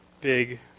big